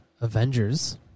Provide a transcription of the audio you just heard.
Avengers